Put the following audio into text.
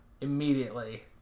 immediately